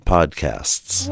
Podcasts